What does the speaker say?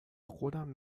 خودم